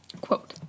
Quote